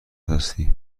هستی